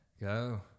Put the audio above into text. go